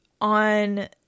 on